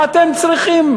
מה אתם צריכים?